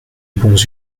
bons